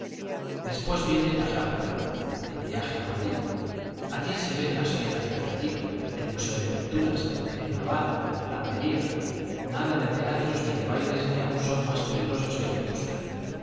después viene la gran prueba el viaje a madrid allí se ven las fieras del retiro el museo de pinturas el naval la armería nada de teatros ni de bailes que aún son más peligrosos que en vetusta